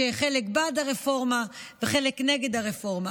שחלק הם בעד הרפורמה וחלק נגד הרפורמה.